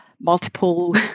multiple